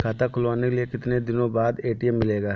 खाता खुलवाने के कितनी दिनो बाद ए.टी.एम मिलेगा?